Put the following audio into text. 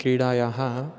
क्रीडायाः